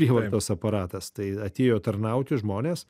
prievartos aparatas tai atėjo tarnauti žmonės